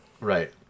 Right